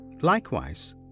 likewise